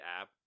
app